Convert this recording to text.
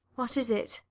what is it?